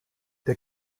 der